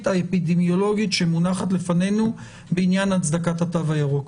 האפידמיולוגית שמונחת בפנינו בעניין הצדקת התו הירוק.